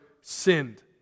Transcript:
sinned